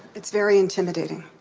it's very intimidating.